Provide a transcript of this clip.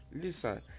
Listen